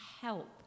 help